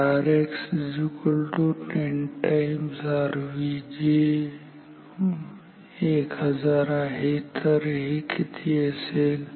समजा Rx 10 Rv जे 1000 आहे तर हे किती असेल